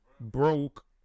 broke